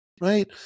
Right